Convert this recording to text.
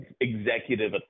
executive